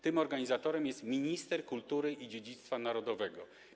Tym organizatorem jest minister kultury i dziedzictwa narodowego.